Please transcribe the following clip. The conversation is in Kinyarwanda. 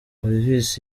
olivis